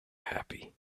happy